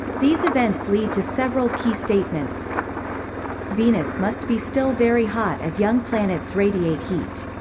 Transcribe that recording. these events lead to several key statements venus must be still very hot as young planets radiate heat.